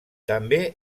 també